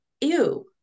ew